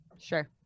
Sure